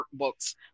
workbooks